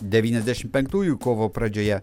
devyniasdešim penktųjų kovo pradžioje